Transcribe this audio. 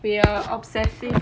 we are obsessive